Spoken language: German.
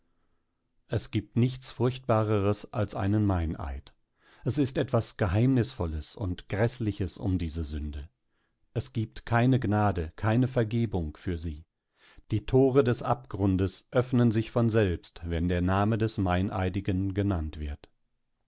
es gibt nichts furchtbareres als einen meineid es ist etwas geheimnisvolles und gräßliches um diese sünde es gibt keine gnade keine vergebung für sie die tore des abgrundes öffnen sich von selbst wenn der name des meineidigen genannt wird